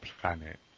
planet